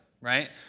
right